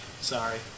sorry